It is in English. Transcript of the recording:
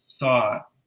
thought